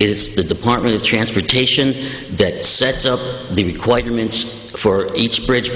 it is the department of transportation that sets up the requirements for each bridge